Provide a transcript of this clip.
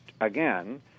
again